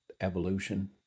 evolution